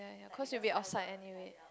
ya cause you will be outside anyway